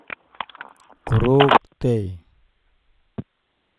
Ku ruk tei